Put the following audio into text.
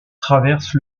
traverse